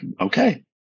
okay